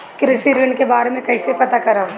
कृषि ऋण के बारे मे कइसे पता करब?